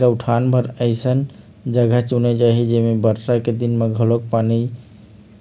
गउठान बर अइसन जघा चुने जाही जेमा बरसा के दिन म घलोक पानी